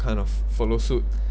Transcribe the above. kind of follow suit